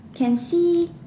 can see